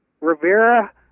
Rivera